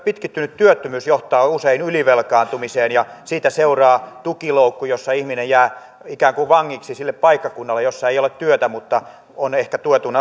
pitkittynyt työttömyys johtaa usein ylivelkaantumiseen ja siitä seuraa tukiloukku jossa ihminen jää ikään kuin vangiksi sille paikkakunnalle jossa ei ole työtä mutta on ehkä tuetun